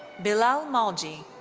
bilal mawji.